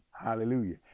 Hallelujah